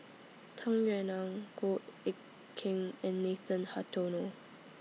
Tung Yue Nang Goh Eck Kheng and Nathan Hartono